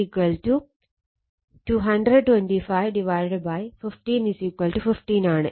അതിനാൽ N2 225 15 15 ആണ്